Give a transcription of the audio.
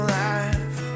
life